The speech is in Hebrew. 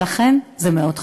ולכן זה מאוד חשוב.